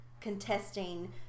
contesting